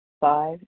Five